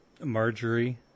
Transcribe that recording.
Marjorie